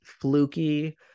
fluky